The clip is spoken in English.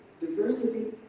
Diversity